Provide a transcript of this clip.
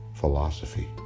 Philosophy